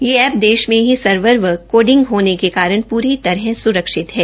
यह एप्प देश मे ही सर्वर एवं कोडिंग होने के कारण पूरी तरह सुरक्षित है